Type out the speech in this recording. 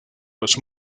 los